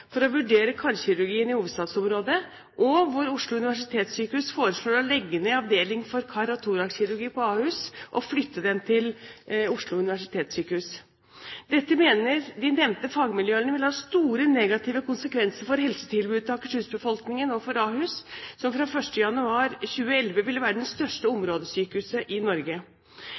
for å vurdere karkirurgien i hovedstadsområdet, og hvor Oslo universitetssykehus foreslår å legge ned avdeling for kar- og torakskirurgi på Ahus og flytte den til Oslo universitetssykehus. Dette mener de nevnte fagmiljøene vil ha store negative konsekvenser for helsetilbudet til Akershus-befolkningen og for Ahus, som fra 1. januar 2011 vil være det største områdesykehuset i Norge.